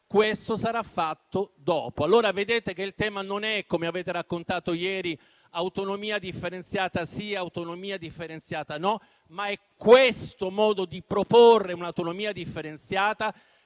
questo sarà fatto dopo.